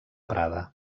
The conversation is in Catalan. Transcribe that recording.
prada